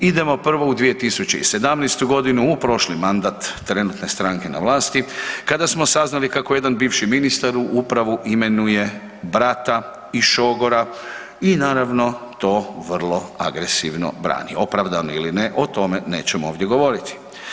Idemo prvo u 2017. g. u prošli mandat trenutne stranke na vlasti, kada smo saznali kako jedan bivši ministar u Upravu imenuje brata i šogora i naravno, to vrlo agresivno brani, opravdano ili ne, o tome nećemo ovdje govoriti.